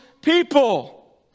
people